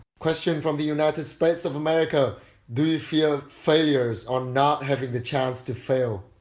question from the united states of america do you fear failures or not having the chance to fail?